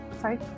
Sorry